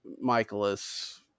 Michaelis